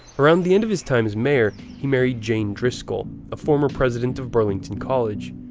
around the end of his time as mayor he married jane driscoll, a former president of burlington college.